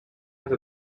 have